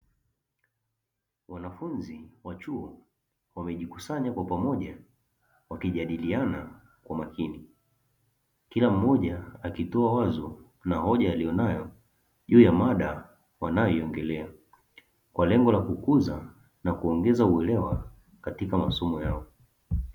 Wanafunzi wa chuo wamejikusanya kwa pamoja wakijadiliana kwa makini, kila mmoja akitoa wazo na hoja aliyonayo juu ya mada wanayoiongelea, kwa lengo la kukuza na kuongeza uelewa katika masomo yao.